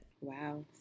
wow